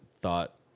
thought